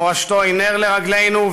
מורשתו היא נר לרגלינו,